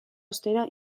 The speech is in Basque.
ostera